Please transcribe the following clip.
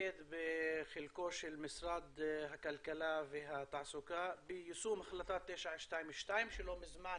מתמקד בחלקו של משרד הכלכלה והתעסוקה ביישום החלטה 922 שלא מזמן